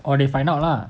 or they find out lah